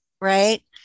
Right